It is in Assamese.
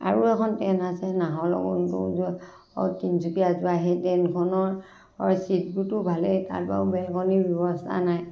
আৰু এখন ট্ৰেইন আছে নাহৰলগুণ টো য'ত তিনিচুকীয়া যোৱা সেই ট্ৰেইনখনৰ চীটবোৰতো ভালেই তাত বাৰু বেলকনীৰ ব্যৱস্থা নাই